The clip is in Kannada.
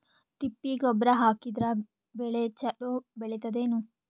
ತಿಪ್ಪಿ ಗೊಬ್ಬರ ಹಾಕಿದರ ಬೆಳ ಚಲೋ ಬೆಳಿತದೇನು?